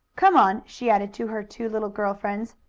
come on, she added to her two little girl friends.